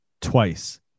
twice